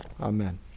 Amen